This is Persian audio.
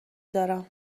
دارم